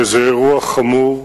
וזה אירוע חמור,